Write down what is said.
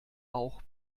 auch